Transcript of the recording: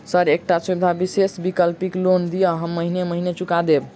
Sir एकटा सुविधा विशेष वैकल्पिक लोन दिऽ हम महीने महीने चुका देब?